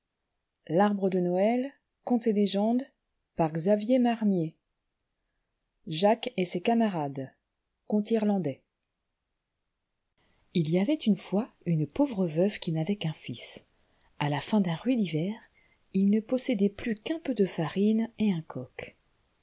jacques et ses camarades conte irlandais il y avait une fois une pauvre veuve qui n'avait qu'un fils a la fin d'un rude hiver ils ne possédaient plus qu'un peu de farine et un coq